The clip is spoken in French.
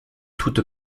toute